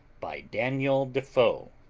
by daniel defoe